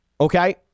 Okay